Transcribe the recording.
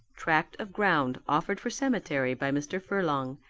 tract of ground offered for cemetery by mr. furlong,